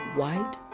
white